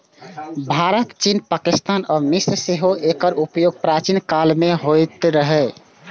भारत, चीन, पाकिस्तान आ मिस्र मे सेहो एकर उपयोग प्राचीन काल मे होइत रहै